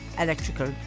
electrical